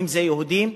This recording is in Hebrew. אם יהודים,